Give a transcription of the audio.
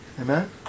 Amen